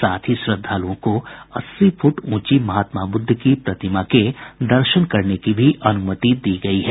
साथ ही श्रद्धालुओं को अस्सी फुट ऊंची महात्मा बुद्ध की प्रतिमा के दर्शन करने की भी अनुमति दी गयी है